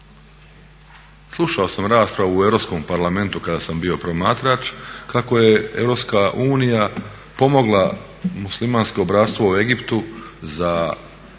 Slušao sam raspravu u Europskom parlamentu kada sam bio promatrač kako je EU pomogla muslimansko bratstvo u Egiptu za